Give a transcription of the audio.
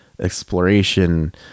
exploration